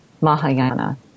Mahayana